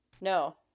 No